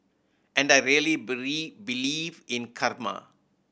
and I really believe in karma